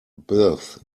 birth